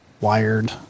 wired